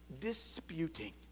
disputing